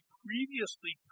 previously